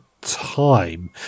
time